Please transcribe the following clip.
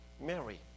Mary